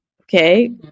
okay